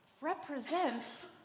represents